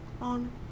On